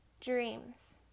dreams